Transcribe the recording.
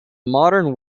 modern